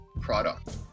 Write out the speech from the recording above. product